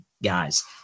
Guys